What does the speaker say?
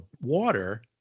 water